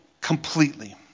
completely